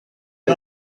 les